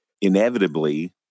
inevitably